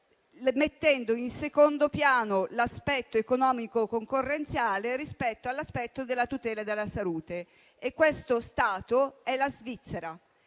mettendo in secondo piano l'aspetto economico concorrenziale rispetto all'aspetto della tutela della salute e questo Stato è la Svizzera.